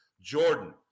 Jordan